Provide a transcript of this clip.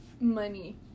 money